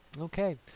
Okay